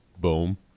boom